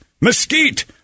mesquite